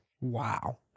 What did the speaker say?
Wow